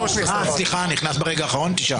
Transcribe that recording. הצבעה מס' 2 בעד ההסתייגות 5 נגד, 9 נמנעים,